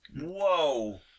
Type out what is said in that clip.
Whoa